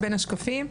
בבקשה.